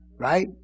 Right